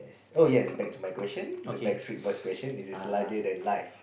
oh yes back to my question the Backstreet-Boys question it is larger than life